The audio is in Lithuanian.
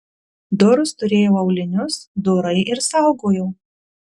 dorus turėjau aulinius dorai ir saugojau